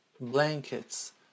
blankets